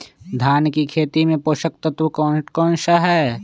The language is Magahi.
धान की खेती में पोषक तत्व कौन कौन सा है?